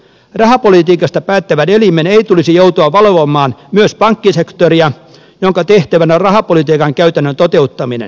rahapolitiikasta päättävän elimen ei tulisi joutua valvomaan myös pankkisektoria jonka tehtävänä on rahapolitiikan käytännön toteuttaminen